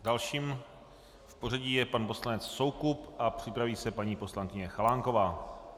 Dalším v pořadí je pan poslanec Soukup a připraví se paní poslankyně Chalánková.